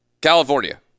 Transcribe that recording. California